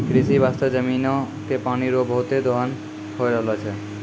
कृषि बास्ते जमीनो के पानी रो बहुते दोहन होय रहलो छै